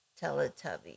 Teletubby